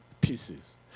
pieces